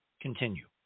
Continue